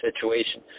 situation